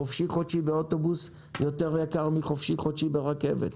חופשי חודשי באוטובוס זול יותר מחופשי חודשי ברכבת.